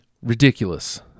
ridiculous